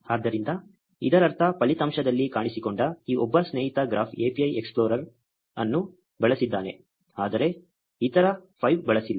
ಆದ್ದರಿಂದ ಇದರರ್ಥ ಫಲಿತಾಂಶದಲ್ಲಿ ಕಾಣಿಸಿಕೊಂಡ ಈ ಒಬ್ಬ ಸ್ನೇಹಿತ ಗ್ರಾಫ್ API ಎಕ್ಸ್ಪ್ಲೋರರ್ ಅನ್ನು ಬಳಸಿದ್ದಾನೆ ಆದರೆ ಇತರ 5 ಬಳಸಿಲ್ಲ